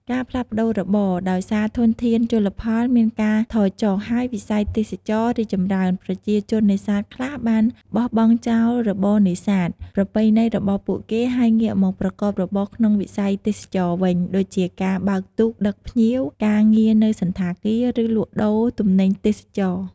ការផ្លាស់ប្តូររបរ ដោយសារធនធានជលផលមានការថយចុះ ហើយវិស័យទេសចរណ៍រីកចម្រើន ប្រជាជននេសាទខ្លះបាន បោះបង់ចោលរបរនេសាទ ប្រពៃណីរបស់ពួកគេ ហើយងាកមកប្រកបរបរក្នុងវិស័យទេសចរណ៍វិញ ដូចជាការបើកទូកដឹកភ្ញៀវ ការងារនៅសណ្ឋាគារ ឬលក់ដូរទំនិញទេសចរណ៍។